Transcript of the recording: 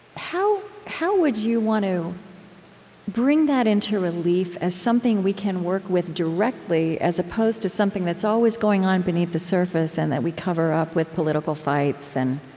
how how would you want to bring that into relief as something we can work with directly, as opposed to something that's always going on beneath the surface and that we cover up with political fights and